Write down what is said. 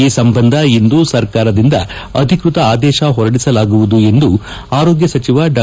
ಈ ಸಂಬಂಧ ಇಂದು ಸರ್ಕಾರದಿಂದ ಅಧಿಕೃತ ಆದೇಶ ಹೊರಡಿಸಲಾಗುವುದು ಎಂದು ಆರೋಗ್ಯ ಸಚಿವ ಡಾ